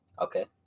Okay